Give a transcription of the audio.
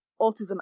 autism